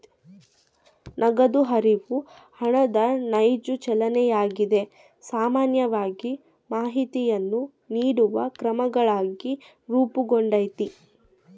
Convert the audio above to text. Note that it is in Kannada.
ನಗದು ಹರಿವು ಹಣದ ನೈಜ ಚಲನೆಯಾಗಿದೆ ಸಾಮಾನ್ಯವಾಗಿ ಮಾಹಿತಿಯನ್ನು ನೀಡುವ ಕ್ರಮಗಳಾಗಿ ರೂಪುಗೊಂಡೈತಿ